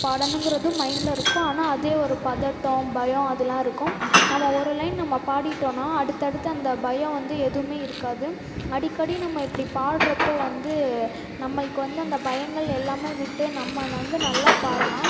பாடணுங்கிறது மைண்டில் இருக்கும் ஆனால் அதே ஒரு பதட்டம் பயம் அதெலாம் இருக்கும் நம்ம ஒரு லைன் நம்ம பாடிட்டோன்னால் அடுத்தடுத்து அந்த பயம் வந்து எதுவும் இருக்காது அடிக்கடி நம்ம இப்படி பாடுறப்போது வந்து நம்மளுக்கு வந்து அந்த பயங்கள் எல்லாமே விட்டு நம்மை வந்து நல்லா பாடலாம்